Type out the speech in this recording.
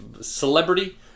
celebrity